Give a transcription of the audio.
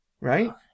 Right